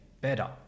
better